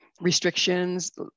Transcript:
restrictions